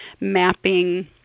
mapping